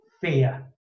fear